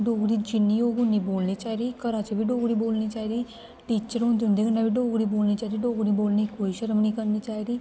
डोगरी जिन्नी होग उ'न्नी बोलनी चाहिदी घरां च बी डोगरी बोलनी चाहिदी टीचर होन ते उं'दे कन्नै बी डोगरी बोलनी चाहिदी डोगरी बोलने गी कोई शरम निं करनी चाहिदी